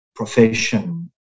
profession